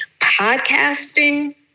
podcasting